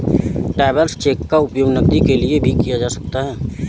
travellers cheque का उपयोग नकदी के लिए भी किया जा सकता है